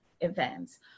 events